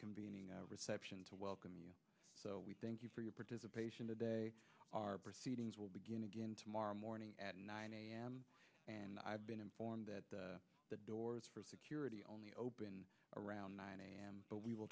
convening a reception to welcome you we thank you for your participation today our proceedings will begin again tomorrow morning at nine a m and i've been informed that the doors for security only open around nine a m but we will